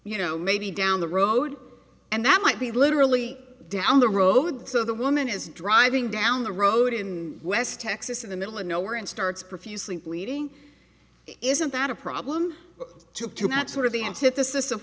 you know maybe down the road and that might be literally down the road so the woman is driving down the road in west texas in the middle of nowhere and starts profusely bleeding isn't that a problem too to not sort of the antithesis of